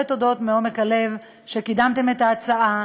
הרבה תודות מעומק הלב על שקידמתם את ההצעה,